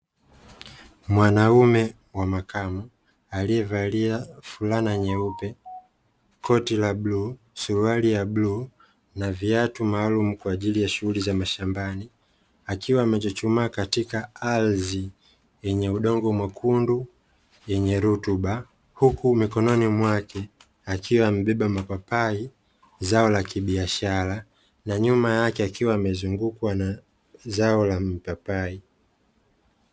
Mwanaume wa makamo aliyevalia fulana nyeupe, koti la bluu, suruali ya bluu na viatu maalumu kwajili ya shughuli za mashambani, akiwa amechuchumaa katika ardhi yenye udongo mwekundu yenye rutuba huku mikononi mwake akiwa amebeba mapapai, zao la kibiashara na nyuma yake akiwa amezungukwa na zao la mapapai.